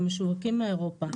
שמשווקים מאירופה.